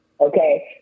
Okay